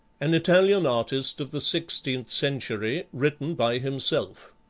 an italian artist of the sixteenth century, written by himself